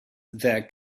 their